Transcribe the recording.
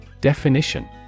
Definition